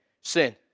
sin